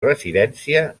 residència